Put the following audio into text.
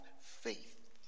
faith